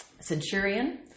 centurion